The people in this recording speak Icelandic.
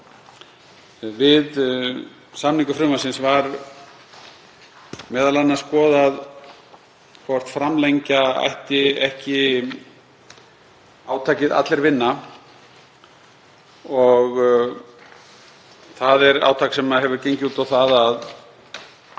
við samningu frumvarpsins var m.a. skoðað hvort framlengja ætti átakið Allir vinna. Það er átak sem hefur gengið út á það að